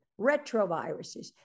retroviruses